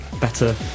better